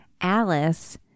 Alice